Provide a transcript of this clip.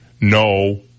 No